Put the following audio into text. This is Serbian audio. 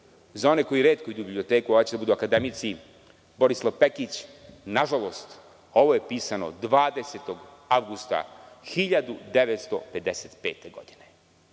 Za one koji retko idu u biblioteku, a hoće da budu akademici, Borislav Pekić. Na žalost, ovo je pisano 20. avgusta 1955. godine.